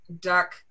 duck